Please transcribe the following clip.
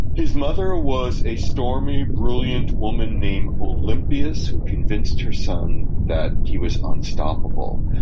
his mother was a stormy, brilliant woman named olympias, who convinced her son that he was unstoppable.